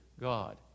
God